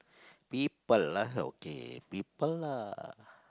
people ah okay people ah